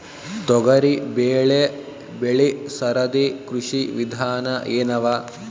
ತೊಗರಿಬೇಳೆ ಬೆಳಿ ಸರದಿ ಕೃಷಿ ವಿಧಾನ ಎನವ?